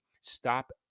Stop